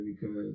because-